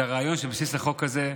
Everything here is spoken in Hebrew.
זה הרעיון שבבסיס החוק הזה,